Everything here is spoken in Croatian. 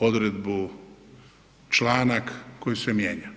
odredbu, članak koji se mijenja.